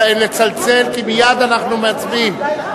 לצלצל כי מייד אנחנו מצביעים.